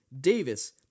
Davis